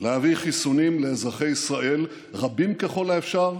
להביא חיסונים לאזרחי ישראל, רבים ככל האפשר,